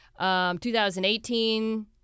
2018